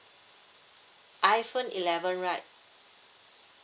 iphone eleven right